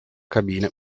cabine